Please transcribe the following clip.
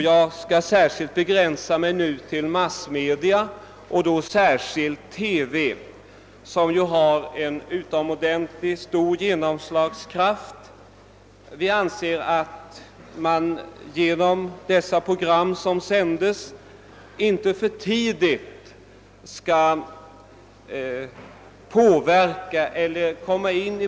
Jag skall begränsa mina synpunkter till massmedia och då särskilt TV, som ju har en utomordentligt stor genomslagskraft.